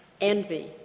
envy